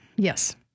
Yes